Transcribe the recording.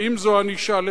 האם זו ענישה?